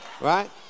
right